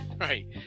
right